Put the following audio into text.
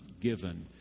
given